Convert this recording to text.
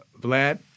vlad